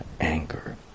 anger